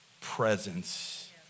presence